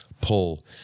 pull